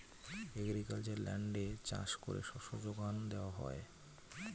agricultural ল্যান্ডে চাষ করে শস্য যোগান দেওয়া হয়